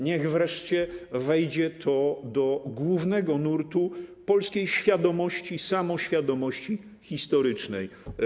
Niech wreszcie wejdzie to do głównego nurtu polskiej świadomości i samoświadomości historycznej.